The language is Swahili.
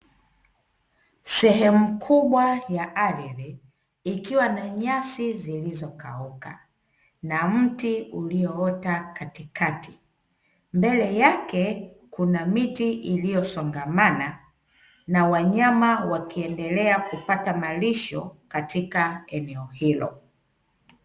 Sehemu kubwa ya ardhi ikiwa na nyasi zilizo kauka na mti ulioota katikati, mbele yake kuna miti iliyosongamana na wanyama wakiendelea kupata malisho katika eneo hilo.